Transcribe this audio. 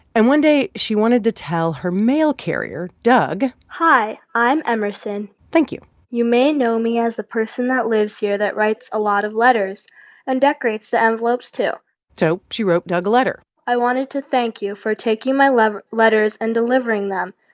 and one day, she wanted to tell her mail carrier doug. hi, i'm emerson. thank you you may know me as the person that lives here that writes a lot of letters and decorates the envelopes, too so she wrote doug a letter i wanted to thank you for taking my letters and delivering them.